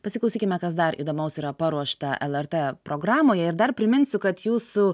pasiklausykime kas dar įdomaus yra paruošta lrt programoje ir dar priminsiu kad jūsų